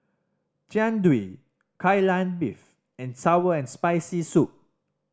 Jian Dui Kai Lan Beef and sour and Spicy Soup